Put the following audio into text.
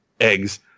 eggs